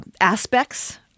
aspects